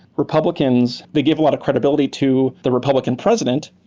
republicans, they give a lot of credibility to the republican president,